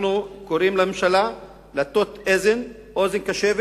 אנחנו קוראים לממשלה להטות אוזן קשבת